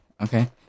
Okay